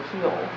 heal